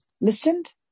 listened